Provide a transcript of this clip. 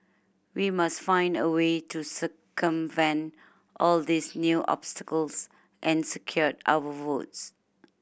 we must find a way to circumvent all these new obstacles and secure our votes